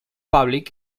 public